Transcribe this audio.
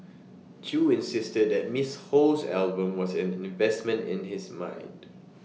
chew insisted that miss Ho's album was an investment in his mind